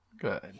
Good